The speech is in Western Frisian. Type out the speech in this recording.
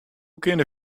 kinne